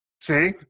See